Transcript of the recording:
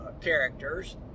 characters